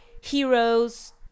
heroes